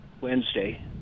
Wednesday